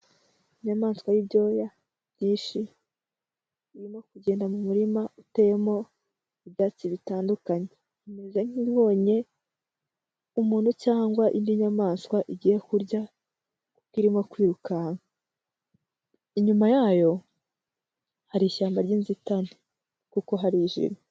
Inyamaswa y'ibyoya byinshi irimo kugenda mu murima uteyemo ibi ibyatsi bitandukanye, imeze nk'inbonye umuntu cyangwa indi nyamaswa igiye kurya kuko irimo kwirukanka, inyuma yayo hari ishyamba ry'inzitane kuko hari ije.